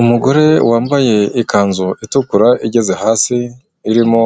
Umugore wambaye ikanzu itukura igeze hasi irimo